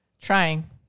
trying